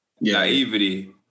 Naivety